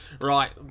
Right